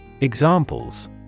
Examples